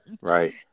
Right